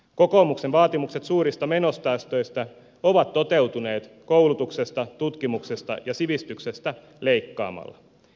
kokoomuksen vaatimukset suurista menosäästöistä ovat toteutuneet koulutuksesta tutkimuksesta ja sivistyksestä leikkaamalla